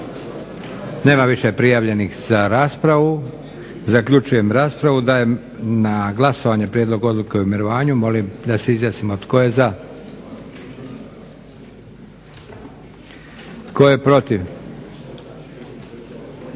Nema više prijavljenih za raspravu. Zaključujem raspravu. Dajem na glasovanje prijedlog odluke o mirovanju. Molim da se izjasnimo. Tko je za? Tko je protiv?